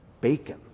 bacon